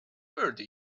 thirty